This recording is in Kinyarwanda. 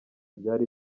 byari